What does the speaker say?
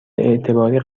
اعتباری